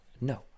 No